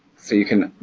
so you can,